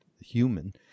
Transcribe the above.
human